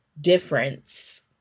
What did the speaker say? difference